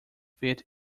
fit